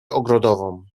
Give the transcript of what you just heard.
ogrodową